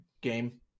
game